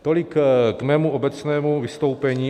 Tolik k mému obecnému vystoupení.